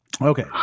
Okay